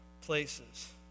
places